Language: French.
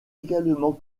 également